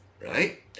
Right